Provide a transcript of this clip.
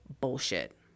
bullshit